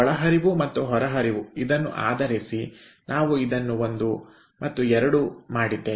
ಒಳಹರಿವು ಮತ್ತು ಹೊರಹರಿವು ಇದನ್ನು ಆಧರಿಸಿ ನಾವು ಇದನ್ನು ಒಂದು ಮತ್ತು 2 ಮಾಡಿದ್ದೇವೆ